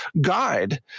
guide